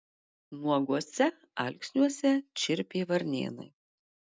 nuoguose alksniuose čirpė varnėnai